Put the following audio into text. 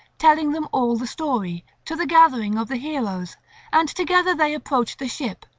telling them all the story, to the gathering of the heroes and together they approached the ship.